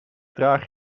draag